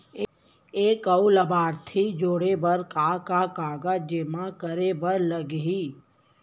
एक अऊ लाभार्थी जोड़े बर का का कागज जेमा करे बर लागही?